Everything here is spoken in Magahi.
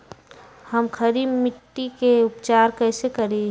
हम खड़ी मिट्टी के उपचार कईसे करी?